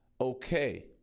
okay